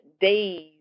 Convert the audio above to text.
days